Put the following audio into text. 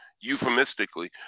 euphemistically